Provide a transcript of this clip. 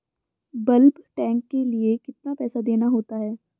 Bulk tank के लिए कितना पैसा देना होता है?